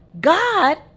God